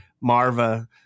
Marva